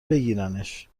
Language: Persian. بگیرنش